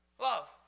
love